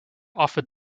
offered